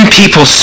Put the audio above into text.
people